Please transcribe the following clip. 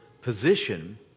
position